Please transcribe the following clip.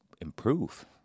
improve